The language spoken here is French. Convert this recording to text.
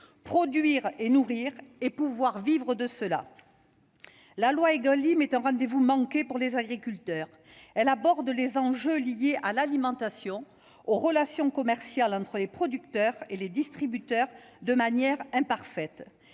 produire, nourrir, et pouvoir vivre de son travail. La loi Égalim est un rendez-vous manqué pour les agriculteurs. Elle aborde les enjeux liés à l'alimentation, aux relations commerciales entre les producteurs et les distributeurs de manière imparfaite.